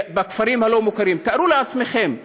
בכפרים הלא-מוכרים תארו לעצמכם,